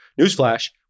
Newsflash